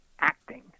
acting